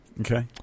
Okay